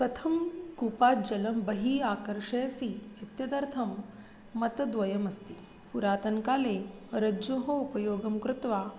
कथं कूपात् जलं बहिः आकर्षयसि इत्यदर्थं मतद्वयमस्ति पुरातनकाले रज्जोः उपयोगं कृत्वा